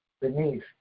beneath